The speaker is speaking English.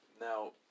Now